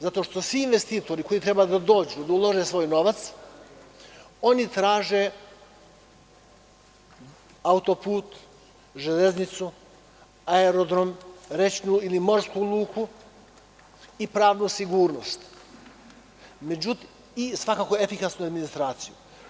Zato što svi investitori koji treba da dođu i da ulože svoj novac traže auto-put, železnicu, aerodrom, rečnu ili morsku luku i pravnu sigurnost i svakako efikasnu administraciju.